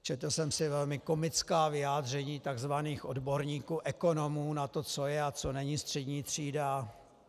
Četl jsem si velmi komická vyjádření tzv. odborníků ekonomů na to, co je a co není střední třída.